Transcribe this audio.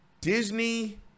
Disney